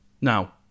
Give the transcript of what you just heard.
Now